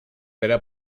pere